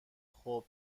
خوب